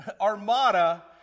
armada